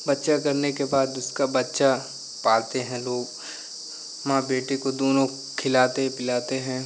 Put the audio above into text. बच्चा करने के बाद उसका बच्चा पालते हैं लोग माँ बेटे को दोनों खिलाते पिलाते हैं